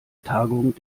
tagung